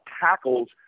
tackles